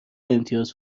امتیاز